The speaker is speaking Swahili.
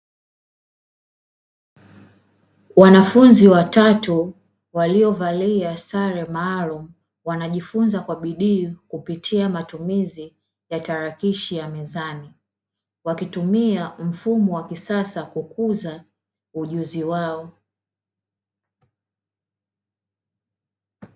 Wanafunzi watatu waliovalia sare maalumu, wanajifunza kwa bidii kupitia matumizi ya tarakishi ya mezani, wakitumia mfumo wa kisasa kukuza ujuzi wao.